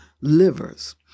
livers